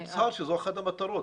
זה מוצהר שזו אחת המטרות.